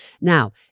Now